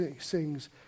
sings